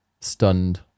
stunned